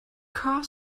car